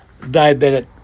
diabetic